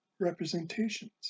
representations